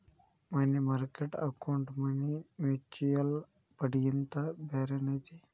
ಮನಿ market account money mutual ಫಂಡ್ಗಿಂತ ಬ್ಯಾರೇನ ಐತಿ